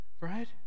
right